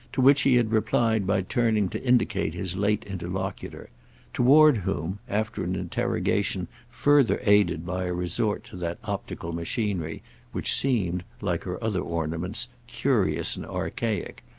to which he had replied by turning to indicate his late interlocutor toward whom, after an interrogation further aided by a resort to that optical machinery which seemed, like her other ornaments, curious and archaic,